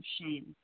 shame